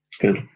Good